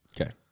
Okay